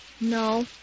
No